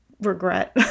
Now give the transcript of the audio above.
regret